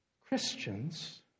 Christians